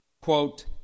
Quote